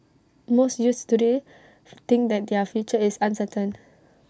most youths today think that their future is uncertain